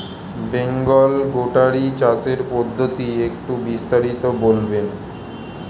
বেঙ্গল গোটারি চাষের পদ্ধতি একটু বিস্তারিত বলবেন?